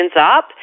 up